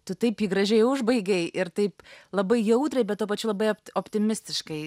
tu taip jį gražiai užbaigei ir taip labai jautriai bet tuo pačiu labai optimistiškai